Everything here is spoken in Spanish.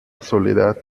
soledad